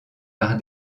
par